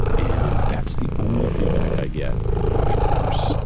and that's the only feedback i get for the running course. you